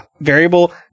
variable